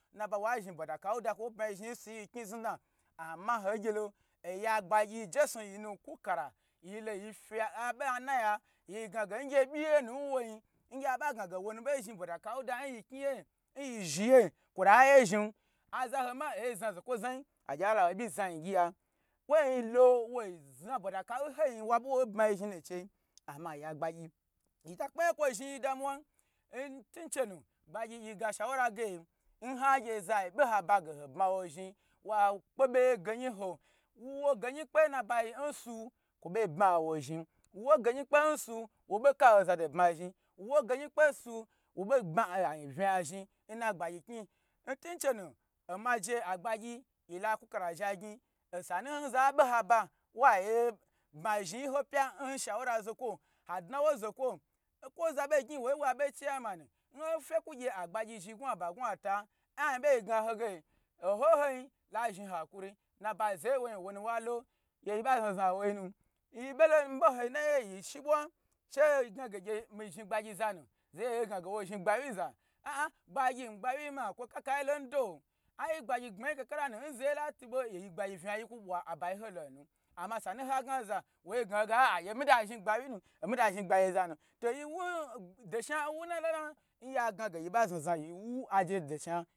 Nnabai wa zhni bwada kauda kwo bma nyi zhni nsuyi n yi kuyi znudna amma hogyelo oya gbagyi jesnu oyi nu kwukara yilo yi fyi abo ana ya yi gnage ngye obyi yenu nwoin ngyia, ba gnage owonu ɓei zhni bwada kauda n yi kmyiye, nyi zhiye kwota ye zhni, aza ho ma aye znai ha gye alaho ɓyi zmi anyi gyi ya woin lo woi zna bwada kau honyi wabe woi bmayi zhni nu nchei amma oya gbagyi yi ta kpe nyaye nkwo zhniyi damuwan ntun chenu agbagyi yiga shawara ge n hagye zai ɓe haba ge ho bmawo zhni wa kpe ɓe ye genyi n ho wuwo genyi kpe nnabai nsu kwo, bei bma ho zhni, wu wo genyi kpe n su woɓei kaho zado bma zhni, wuwo ge nyi kpe nsu woɓei bma anyi bnya zhni nna gbagyi knyi ntun chenu omaje agbagyi, yila kwu kala zha nyi osanu nza be haba wa ye bmazhni yi ho pya nshawura zokwo ha dna won zokwo, kwo oza ɓei gnyi woye wa ɓei chairmanu nfye kwu gye agba gyi zhi ngnwa ba, gnwata cin bei gna hoge oho nhonyi la zhni hakuri nna bai zeye n wonyi owonu wali gye yiɓa znazna nwoinu yiɓelo nɓo hoi na ye yi shi ɓwa she higna ge gye mi zhni gba gyi zanu zeye gnage wo zhni gba wyi za a'a gbagyi ngabwyi ma kwo kakayilo ndo ai gbagyi gbmanyi kakaranu nyi zeye latuɓo oyi gbagyi vnya yi kwu bwa aba yi holo nu. Amma sanu ha gnaza woi gnahige a'a gye mida zhni gba wyi nu omida zhni gbagyi zanu to yi wu do shna nwuna lona'a? N yi'agnage yi ɓa znazna yi wu aje do shna.